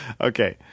Okay